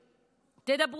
תדברו עם כולם.